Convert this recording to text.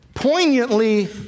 Poignantly